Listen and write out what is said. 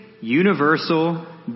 universal